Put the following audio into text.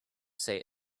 say